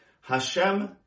Hashem